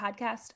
Podcast